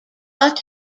but